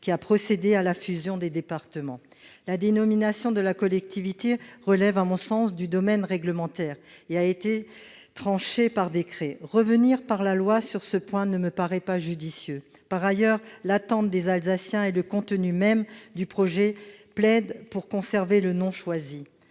ayant procédé à la fusion des départements. La dénomination de la collectivité relève, à mon sens, du domaine réglementaire, et la question a été traitée par décret. Revenir par la loi sur ce point ne me paraît pas judicieux. Par ailleurs, l'attente des Alsaciens et le contenu même du projet plaident pour conserver le nom choisi.